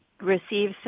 receive